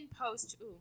post